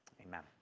amen